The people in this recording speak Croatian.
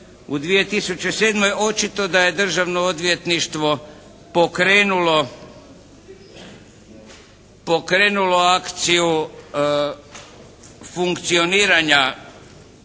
u 2007. Očito da je Državno odvjetništvo pokrenulo akciju funkcioniranja